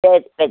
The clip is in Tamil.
சரி